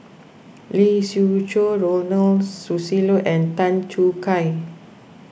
Lee Siew Choh Ronald Susilo and Tan Choo Kai